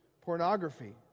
pornography